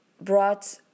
Brought